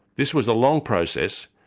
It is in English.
this was a long process,